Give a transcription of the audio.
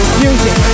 music